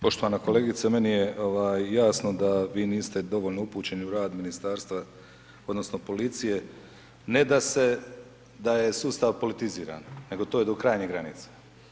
Poštovana kolegice, meni je jasno da vi niste dovoljno upućeni u rad ministarstva odnosno policije, ne da je sustav politiziran, nego to je do krajnjih granica.